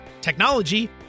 technology